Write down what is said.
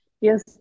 Yes